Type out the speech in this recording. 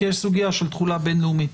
כי יש סוגיה של תחולה בין-לאומית.